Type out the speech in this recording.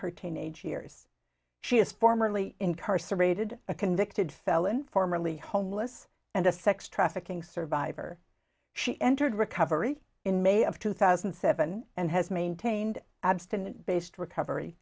her teenage years she is formerly incarcerated a convicted felon formerly homeless and a sex trafficking survivor she entered recovery in may of two thousand and seven and has maintained abstinence based recovery